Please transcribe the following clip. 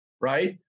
right